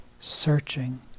searching